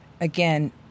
again